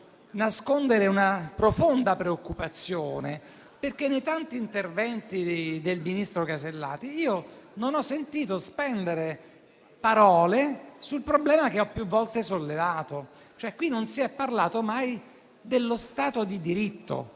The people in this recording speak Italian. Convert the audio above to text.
nascondere una profonda preoccupazione. Nei tanti interventi del ministro Casellati non ho sentito spendere parole sul problema che ho più volte sollevato: qui non si è parlato mai dello Stato di diritto.